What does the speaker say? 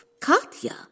Katya